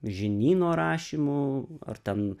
žinyno rašymu ar ten